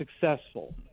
successful